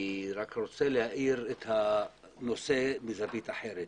אני רוצה להאיר את הנושא מזווית אחרת.